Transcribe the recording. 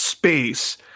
space